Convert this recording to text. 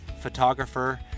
photographer